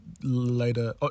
later